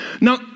Now